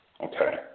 Okay